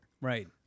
Right